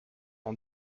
ans